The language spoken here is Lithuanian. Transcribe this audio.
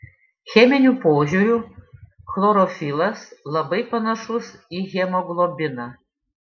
cheminiu požiūriu chlorofilas labai panašus į hemoglobiną